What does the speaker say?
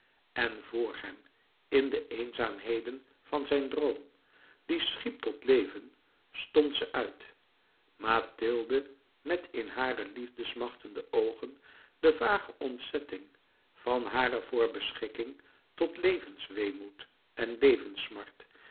en vor hem in de eenzaamheden van zijn droom die schiep tot leven stond ze uit mathilde met in hare liefde smachtende oogen de vage ontzetting van hare voorbeschikking tot levensweemoed en